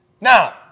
Now